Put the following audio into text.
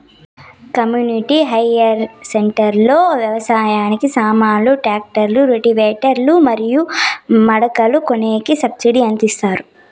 community hire centre లో వ్యవసాయానికి సామాన్లు ట్రాక్టర్లు రోటివేటర్ లు మరియు మడకలు కొనేకి సబ్సిడి ఎంత ఇస్తారు